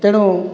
ତେଣୁ